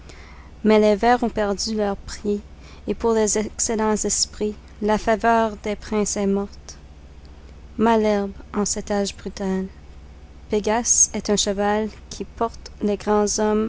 mais les vers ont perdu leur prix et pour les excellents esprits la faveur des princes est morte malherbe en cet âge brutal pégase est un cheval qui porte les grands hommes